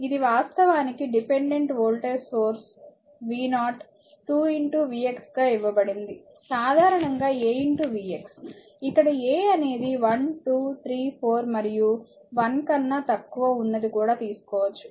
ఇది వాస్తవానికి dependent voltage source v0 2 vx గా ఇవ్వబడింది సాధారణం a vx ఇక్కడ a అనేది 1 2 3 4 మరియు 1 కన్నా తక్కువ ఉన్నది కూడా తీసుకోవచ్చు